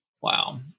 wow